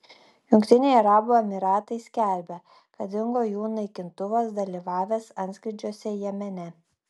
jungtiniai arabų emyratai skelbia kad dingo jų naikintuvas dalyvavęs antskrydžiuose jemene